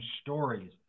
stories